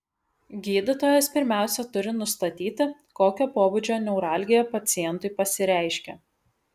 gydytojas pirmiausia turi nustatyti kokio pobūdžio neuralgija pacientui pasireiškia